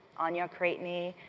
anya crateney,